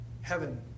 heaven